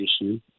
issue